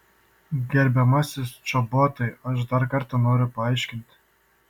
gerbiamasis čobotai aš dar kartą noriu paaiškinti